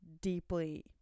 deeply